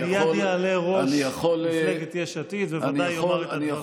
מייד יעלה ראש מפלגת יש עתיד ובוודאי יאמר את הדברים.